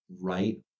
right